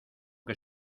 que